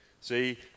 See